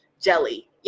jelly